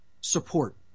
support